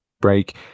break